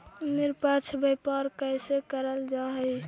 निष्पक्ष व्यापार कइसे करल जा हई